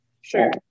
Sure